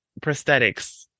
prosthetics